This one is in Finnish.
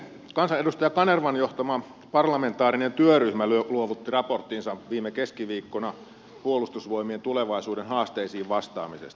kansanedustaja kanervan johtama parlamentaarinen työryhmä luovutti raporttinsa viime keskiviikkona puolustusvoimien tulevaisuuden haasteisiin vastaamisesta